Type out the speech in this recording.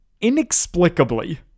inexplicably